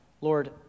Lord